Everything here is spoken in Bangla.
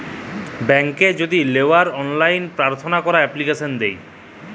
ব্যাংকে যদি লেওয়ার অললাইন পার্থনা ক্যরা এপ্লিকেশন দেয়